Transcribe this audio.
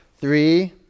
Three